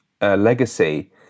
legacy